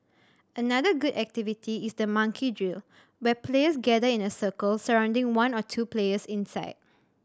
another good activity is the monkey drill where players gather in a circle surrounding one or two players inside